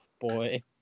boy